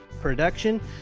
production